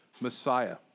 Messiah